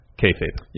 kayfabe